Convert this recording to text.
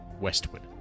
westward